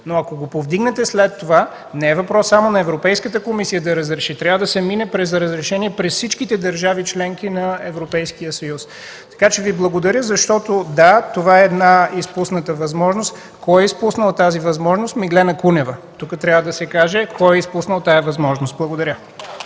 Но ако го повдигнете след това, не е въпрос само на Европейската комисия да разреши. Трябва да се мине през разрешение на всичките държави – членки на Европейския съюз. Благодаря Ви. Да, това е една изпусната възможност. Кой е изпуснал тази възможност? Меглена Кунева. Тук трябва да се каже кой е изпуснал тази възможност. Благодаря.